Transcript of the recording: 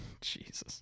Jesus